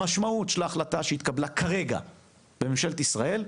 המשמעות של ההחלטה שהתקבלה כרגע בממשלת ישראל,